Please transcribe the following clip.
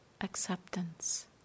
acceptance